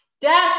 Death